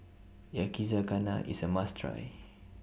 Yakizakana IS A must Try